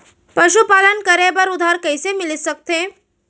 पशुपालन करे बर उधार कइसे मिलिस सकथे?